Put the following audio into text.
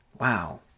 Wow